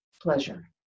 pleasure